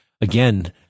again